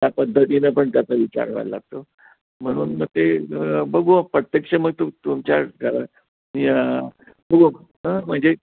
त्या पद्धतीनं पण त्याचा विचार व्हावा लागतो म्हणून मग ते बघू प्रत्यक्ष मग तू तुमच्या घरा नि बघू हं म्हणजे